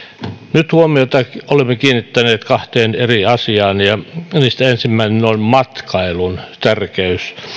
nyt olemme kiinnittäneet huomiota kahteen eri asiaan ja niistä ensimmäinen on matkailun tärkeys